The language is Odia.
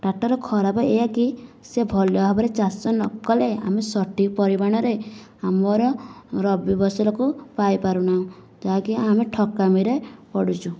ଟ୍ରାକ୍ଟର ଖରାପ ଏହିଆ କି ସେ ଭଲ ଭାବରେ ଚାଷ ନକଲେ ଆମେ ସଠିକ୍ ପରିମାଣରେ ଆମର ରବି ଫସଲକୁ ପାଇପାରୁନୁ ଯାହା କି ଆମେ ଠକାମିରେ ପଡ଼ୁଛୁ